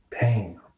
pain